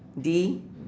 D